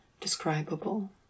describable